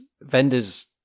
vendors